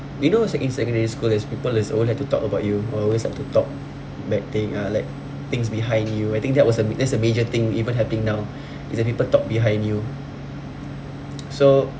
you know second~ in secondary school there's people that's always like to talk about you or always like to talk bad thing uh like things behind you I think that was that's a major thing even happening now is that people talk behind you so